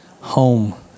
home